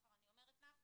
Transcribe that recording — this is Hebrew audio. אני אומרת לך,